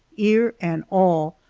ear and all,